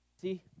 See